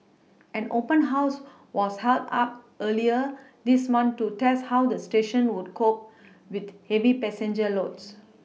an open house was also hard up earlier this month to test how the stations would cope with heavy passenger loads